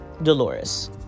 Dolores